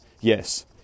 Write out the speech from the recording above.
Yes